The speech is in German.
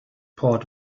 port